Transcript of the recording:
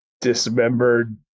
dismembered